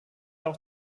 auch